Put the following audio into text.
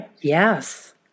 yes